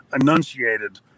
enunciated